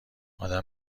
ادم